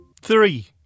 Three